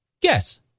Guess